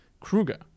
Kruger